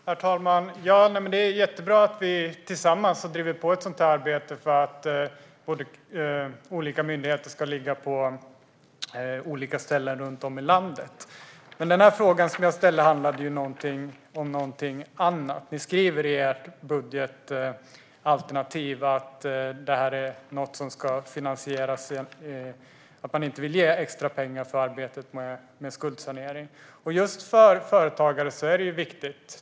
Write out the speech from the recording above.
Herr talman! Det är jättebra att vi tillsammans har drivit på i arbetet för att olika myndigheter ska ligga på olika ställen runt om i landet, men frågan jag ställde handlade om någonting annat. Ni skriver i ert budgetalternativ att man inte vill ge extra pengar för arbetet med skuldsanering, Per Åsling. Just för företagare är detta viktigt.